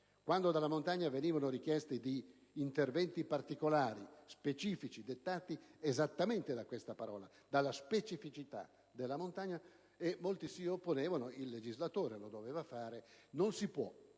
Quando dalla montagna venivano richiesti interventi particolari, specifici, dettati proprio da questa parola, dalla specificità della montagna, molti si opponevano, il legislatore lo doveva fare: non si può,